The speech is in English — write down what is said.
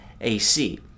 AC